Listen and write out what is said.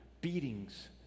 beatings